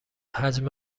حجم